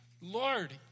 Lord